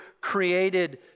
created